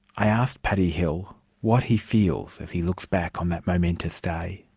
i asked paddy hill what he feels as he looks back on that momentous day.